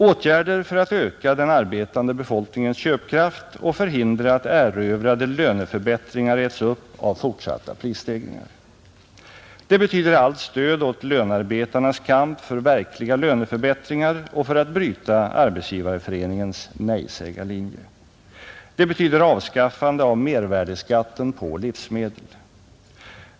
Åtgärder för att öka den arbetande befolkningens köpkraft och förhindra att erövrade löneförbättringar äts upp av fortsatta prisstegringar. Det betyder allt stöd åt lönarbetarnas kamp för verkliga löneförbättringar och för att bryta Arbetsgivareföreningens nejsägarlinje. Det betyder avskaffande av mervärdeskatten på livsmedel.